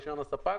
ברישיון הספק